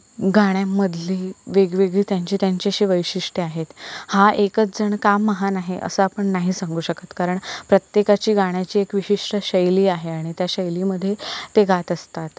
गाण्यामधली वेगवेगळी त्यांची त्यांची अशी वैशिष्ट्ये आहेत हा एकच जण का महान आहे असं आपण नाही सांगू शकत कारण प्रत्येकाची गाण्याची एक विशिष्ट शैली आहे आणि त्या शैलीमध्ये ते गात असतात